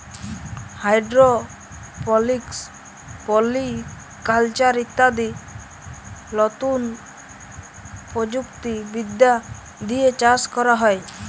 hydroponics, polyculture ইত্যাদি লতুন প্রযুক্তি বিদ্যা দিয়ে চাষ ক্যরা হ্যয়